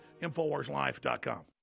InfoWarsLife.com